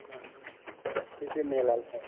ठिक्कै मेला लागेको